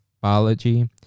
biology